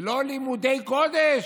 זה לא לימודי קודש,